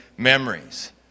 Memories